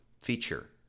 feature